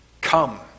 Come